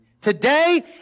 Today